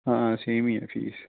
ਹਾਂ ਸੇਮ ਹੀ ਹੈ ਫੀਸ